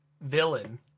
villain